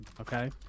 okay